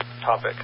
topic